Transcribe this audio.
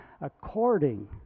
according